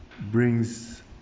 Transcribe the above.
brings